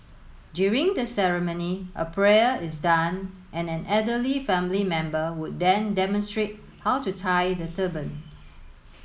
during the ceremony a prayer is done and an elderly family member would then demonstrate how to tie the turban